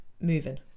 moving